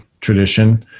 tradition